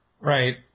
Right